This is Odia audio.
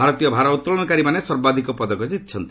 ଭାରତୀୟ ଭାରୋତ୍ତଳନକାରୀମାନେ ସର୍ବାଧିକ ପଦକ ଜିତିଛନ୍ତି